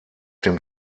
dem